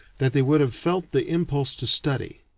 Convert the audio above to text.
that they would have felt the impulse to study,